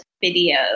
video